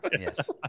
Yes